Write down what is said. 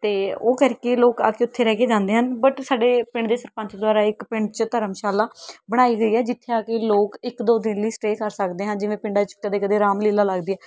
ਅਤੇ ਉਹ ਕਰਕੇ ਲੋਕ ਆ ਕੇ ਉੱਥੇ ਰਹਿ ਕੇ ਜਾਂਦੇ ਹਨ ਬਟ ਸਾਡੇ ਪਿੰਡ ਦੇ ਸਰਪੰਚ ਦੁਆਰਾ ਇੱਕ ਪਿੰਡ 'ਚ ਧਰਮਸ਼ਾਲਾ ਬਣਾਈ ਗਈ ਹੈ ਜਿੱਥੇ ਆ ਕੇ ਲੋਕ ਇੱਕ ਦੋ ਦਿਨ ਲਈ ਸਟੇਅ ਕਰ ਸਕਦੇ ਹਨ ਜਿਵੇਂ ਪਿੰਡਾਂ 'ਚ ਕਦੇ ਕਦੇ ਰਾਮਲੀਲਾ ਲੱਗਦੀ ਹੈ